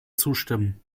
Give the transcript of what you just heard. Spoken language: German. zustimmen